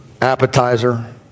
appetizer